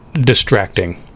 distracting